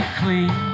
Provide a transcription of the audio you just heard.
clean